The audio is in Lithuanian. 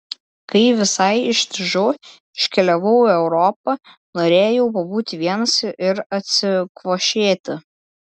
kai visai ištižau iškeliavau į europą norėjau pabūti vienas ir atsikvošėti